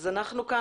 אנחנו פה,